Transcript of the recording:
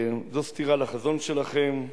זו סטירה לחזון שלכם,